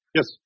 Yes